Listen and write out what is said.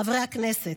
חברי הכנסת,